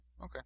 Okay